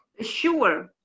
Sure